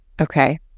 okay